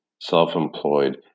self-employed